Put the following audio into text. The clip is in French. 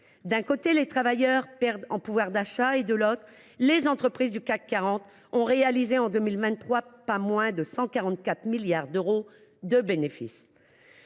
D’un côté, les travailleurs perdent du pouvoir d’achat, de l’autre, les entreprises du CAC 40 ont réalisé en 2023 pas moins de 144 milliards d’euros de bénéfices.